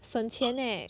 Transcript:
省钱 eh